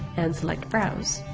and select browse.